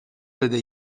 بده